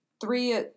three